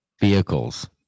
vehicles